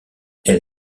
elle